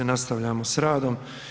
Nastavljamo s radom.